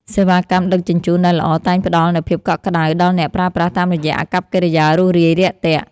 សេវាកម្មដឹកជញ្ជូនដែលល្អតែងផ្ដល់នូវភាពកក់ក្ដៅដល់អ្នកប្រើប្រាស់តាមរយៈអាកប្បកិរិយារួសរាយរាក់ទាក់។